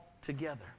together